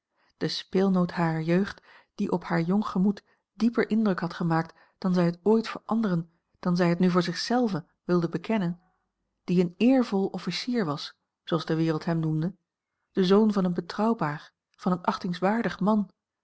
de speelnoot harer jeugd die op haar jong gemoed dieper indruk had gemaakt dan zij het ooit voor anderen dan zij het nu voor zich zelve wilde bekennen die een eervol officier was zooals de wereld hem noemde de zoon van een betrouwbaar van een achtingswaardig man